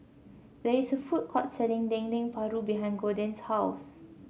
there is a food court selling Dendeng Paru behind Gorden's house